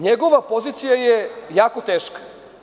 Njegova pozicija je jako teška.